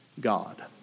God